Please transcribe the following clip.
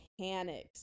panics